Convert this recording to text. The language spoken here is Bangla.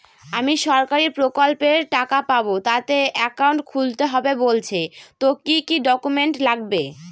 আমি সরকারি প্রকল্পের টাকা পাবো তাতে একাউন্ট খুলতে হবে বলছে তো কি কী ডকুমেন্ট লাগবে?